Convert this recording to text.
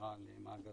שמירה על מאגרים.